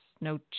no